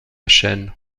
chaîne